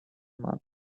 marching